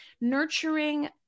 nurturing